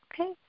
Okay